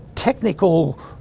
technical